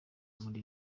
muri